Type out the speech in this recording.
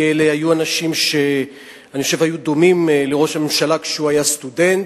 כי אלה היו אנשים שאני חושב שהיו דומים לראש הממשלה כשהוא היה סטודנט.